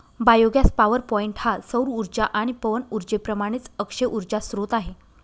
biogas power point हा सौर उर्जा आणि पवन उर्जेप्रमाणेच अक्षय उर्जा स्त्रोत आहे